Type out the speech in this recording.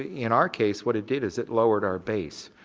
in our case, what it did is it lowered our base,